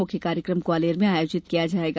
मुख्य कार्यक्रम ग्वालियर में आयोजित किया जायेगा